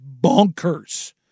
bonkers